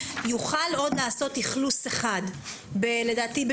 יוכל עוד לעשות אכלוס אחד בשנה.